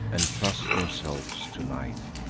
and trust themselves to night.